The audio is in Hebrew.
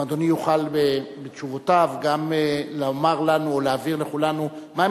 האם אדוני יוכל בתשובותיו גם לומר לנו או להעביר לכולנו מהן